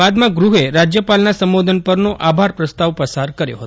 બાદમાં ગૃહે રાજ્યપાલના સંબો ધન પરનો આભાર પ્રસ્તાવ પસાર કર્યો હતો